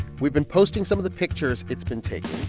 we've been posting some of the pictures it's been taking.